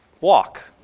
walk